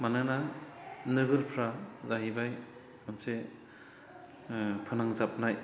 मानोना नोगोरफोरा जाहैबाय मोनसे फोनांजाबनाय